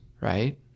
Right